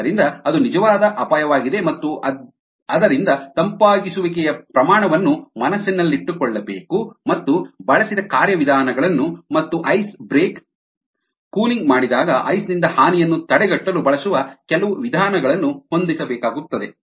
ಆದ್ದರಿಂದ ಅದು ನಿಜವಾದ ಅಪಾಯವಾಗಿದೆ ಮತ್ತು ಆದ್ದರಿಂದ ತಂಪಾಗಿಸುವಿಕೆಯ ಪ್ರಮಾಣವನ್ನು ಮನಸ್ಸಿನಲ್ಲಿಟ್ಟುಕೊಳ್ಳಬೇಕು ಮತ್ತು ಬಳಸಿದ ಕಾರ್ಯವಿಧಾನಗಳನ್ನು ಮತ್ತು ಐಸ್ ಬ್ರೇಕ್ ಕೂಲಿಂಗ್ ಮಾಡಿದಾಗ ಐಸ್ನಿಂದ ಹಾನಿಯನ್ನು ತಡೆಗಟ್ಟಲು ಬಳಸುವ ಕೆಲವು ವಿಧಾನಗಳನ್ನು ಹೊಂದಿಸಬೇಕಾಗುತ್ತದೆ